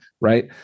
right